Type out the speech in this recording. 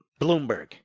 Bloomberg